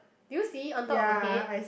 do you see on top of her head